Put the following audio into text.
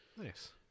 Nice